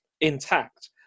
intact